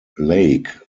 lake